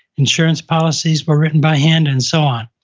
insurance policies were written by hand, and so on.